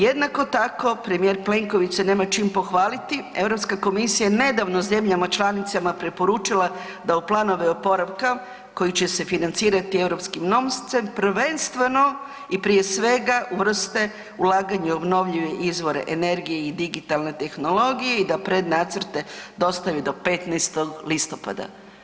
Jednako tako premijer Plenković se nema čim pohvaliti, Europska komisija je nedavno zemljama članicama preporučila da u planove oporavka koji će se financirati europskim novcem prvenstveno i prije svega uvrste ulaganje u obnovljive izvore energije i digitalne tehnologije i da pred nacrte dostave do 15. listopada.